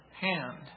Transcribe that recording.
hand